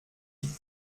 die